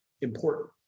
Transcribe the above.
important